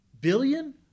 billion